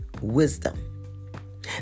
wisdom